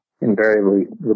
invariably